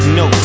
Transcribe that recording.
no